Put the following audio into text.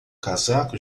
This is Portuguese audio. casaco